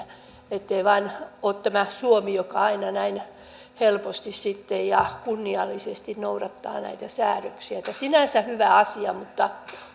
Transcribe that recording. ettei vain ole tämä suomi joka aina näin helposti ja kunniallisesti noudattaa näitä säädöksiä että sinänsä hyvä asia mutta